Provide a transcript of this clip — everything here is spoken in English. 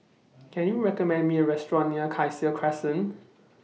Can YOU recommend Me A Restaurant near Cassia Crescent